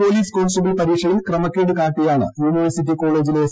police constable പരീക്ഷയിൽ ക്രമക്കേട് കാട്ടിയാണ് യൂണിവേഴ്സിറ്റി കോളേജിലെ എസ്